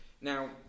Now